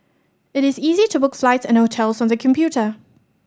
it is easy to book flights and hotels on the computer